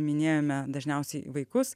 minėjome dažniausiai vaikus